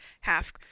half